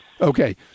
Okay